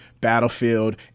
Battlefield